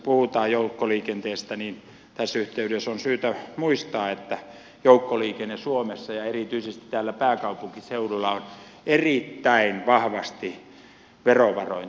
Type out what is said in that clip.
tässä yhteydessä kun puhutaan joukkoliikenteestä on syytä muistaa että joukkoliikenne suomessa ja erityisesti täällä pääkaupunkiseudulla on erittäin vahvasti verovaroin tuettua